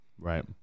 Right